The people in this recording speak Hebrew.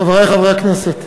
חברי חברי הכנסת,